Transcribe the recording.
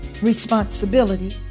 Responsibility